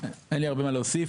אין לי הרבה מה להוסיף.